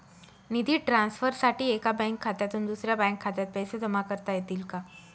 निधी ट्रान्सफरसाठी एका बँक खात्यातून दुसऱ्या बँक खात्यात पैसे जमा करता येतील का?